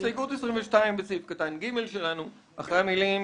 הסתייגות מספר 22: אחרי המילים